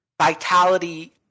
Vitality